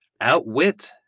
outwit